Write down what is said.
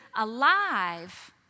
alive